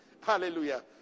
Hallelujah